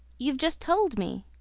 you've just told me.